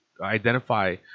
identify